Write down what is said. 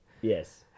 Yes